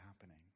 happening